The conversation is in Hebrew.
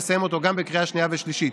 נסיים אותו גם בקריאה שנייה ושלישית,